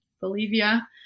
Bolivia